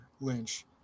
Lynch